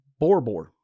Borbor